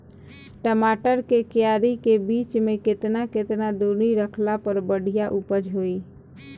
टमाटर के क्यारी के बीच मे केतना केतना दूरी रखला पर बढ़िया उपज होई?